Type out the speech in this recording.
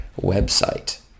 website